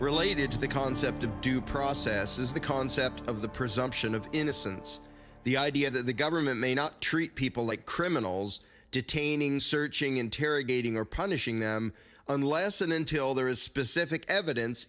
related to the concept of due process is the concept of the presumption of innocence the idea that the government may not treat people like criminals detaining searching interrogating or punishing them unless and until there is specific evidence